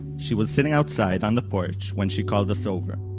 she was sitting outside, on the porch, when she called us over.